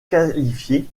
qualifiés